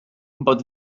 but